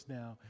now